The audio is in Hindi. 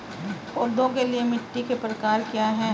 पौधों के लिए मिट्टी के प्रकार क्या हैं?